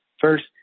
First